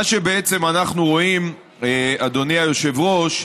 מה שבעצם אנחנו רואים, אדוני היושב-ראש,